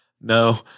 no